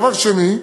דבר שני,